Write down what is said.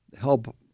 help